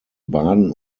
baden